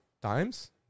times